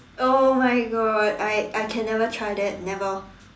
oh my god I I can never try that never